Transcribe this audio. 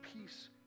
peace